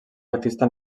artista